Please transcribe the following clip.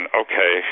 okay